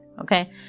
Okay